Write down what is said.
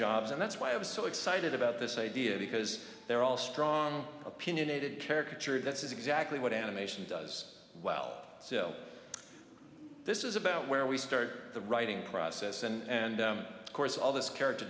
jobs and that's why i was so excited about this idea because they're all strong opinionated caricature that's exactly what animation does while still this is about where we start the writing process and of course all this character